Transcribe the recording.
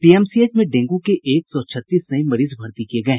PMCH में dengue के एक सौ छत्तीस नये मरीज भर्ती किये गये